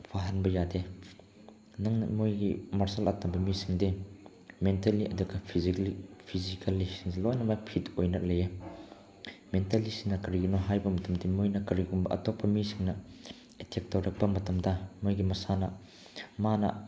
ꯐꯍꯟꯕ ꯌꯥꯗꯦ ꯅꯪꯅ ꯃꯣꯏꯒꯤ ꯃꯥꯔꯁꯦꯜ ꯑꯥꯔꯠ ꯇꯝꯕ ꯃꯤꯁꯤꯡꯗꯤ ꯃꯦꯟꯇꯦꯜꯂꯤ ꯑꯗꯨꯒ ꯐꯤꯖꯤꯀꯦꯜꯂꯤꯁꯤꯡꯁꯤ ꯂꯣꯏꯅꯃꯛ ꯐꯤꯠ ꯑꯣꯏꯅ ꯂꯩ ꯃꯦꯟꯇꯦꯜꯂꯤꯁꯤꯅ ꯀꯔꯤꯒꯤꯅꯣ ꯍꯥꯏꯕ ꯃꯇꯝꯗꯤ ꯃꯣꯏꯅ ꯀꯔꯤꯒꯨꯝꯕ ꯑꯇꯣꯞꯄ ꯃꯤꯁꯤꯡꯅ ꯑꯦꯇꯦꯛ ꯇꯧꯔꯛꯄ ꯃꯇꯝꯗ ꯃꯣꯏꯒꯤ ꯃꯁꯥꯅ ꯃꯥꯅ